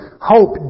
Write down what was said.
hope